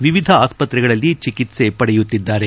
ವಿವಿಧ ಆಸ್ತ್ರತೆಗಳಲ್ಲಿ ಚಿಕಿತ್ಸೆ ಪಡೆಯುತ್ತಿದ್ದಾರೆ